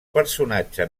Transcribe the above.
personatge